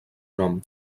nom